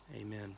Amen